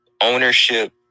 ownership